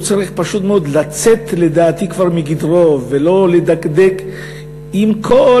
הוא צריך פשוט מאוד לצאת כבר מגדרו ולא לדקדק בכל